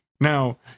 Now